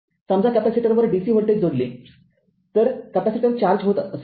समजा कॅपेसिटरवर dc voltage जोडले तर कॅपेसिटर चार्ज होत असेल